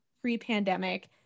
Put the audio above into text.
pre-pandemic